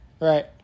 right